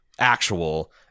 Actual